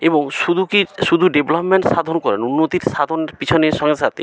এবং শুধু কি শুধু ডেভেলপমেন্ট সাধন করেন উন্নতির সাধন পিছনের সঙ্গে সাথে